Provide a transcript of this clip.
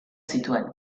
zituen